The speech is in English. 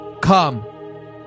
come